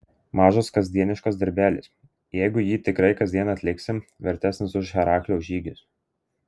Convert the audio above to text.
mažas kasdieniškas darbelis jeigu jį tikrai kasdien atliksi vertesnis už heraklio žygius